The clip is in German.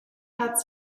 hat